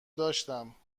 داشتم